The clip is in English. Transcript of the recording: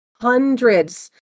hundreds